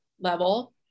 level